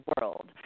world